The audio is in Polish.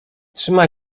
trzyma